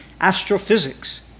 astrophysics